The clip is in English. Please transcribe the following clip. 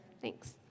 Thanks